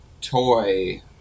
toy